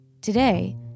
Today